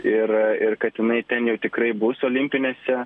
ir ir kad jinai ten jau tikrai bus olimpinėse